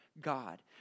God